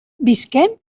visquem